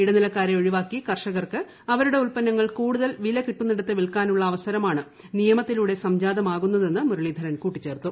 ഇടനിലക്കാരെ ഒഴിവാക്കി കർഷകർക്ക് അവരുടെ ഉത്പന്നങ്ങൾ കൂടുതൽ വില കിട്ടുന്നിടത്ത് വിൽക്കാനുള്ള അവസരമാണ് നിയമത്തിലൂടെ സംജാതമാകുന്നതെന്ന് മുർളീധരൻ കൂട്ടിച്ചേർത്തു